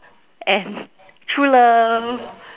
and true love